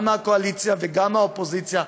גם מהקואליציה וגם מהאופוזיציה,